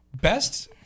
best